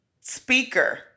speaker